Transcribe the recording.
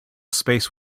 space